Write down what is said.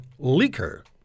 leaker